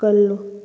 ꯀꯜꯂꯨ